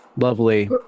Lovely